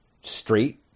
straight